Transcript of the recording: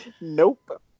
Nope